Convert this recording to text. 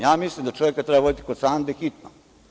Ja mislim da čoveka treba voditi kod Sande hitno.